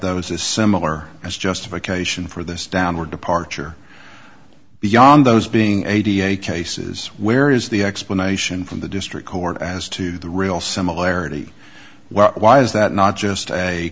those as similar as justification for this downward departure beyond those being eighty eight cases where is the explanation from the district court as to the real similarity why is that not just a